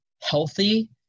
healthy